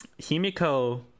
Himiko